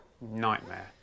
Nightmare